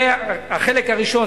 זה החלק הראשון,